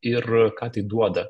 ir ką tai duoda